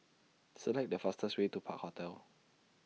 Select The fastest Way to Park Hotel